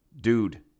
dude